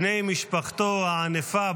בני משפחתו הענפה,